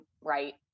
right